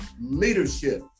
Leadership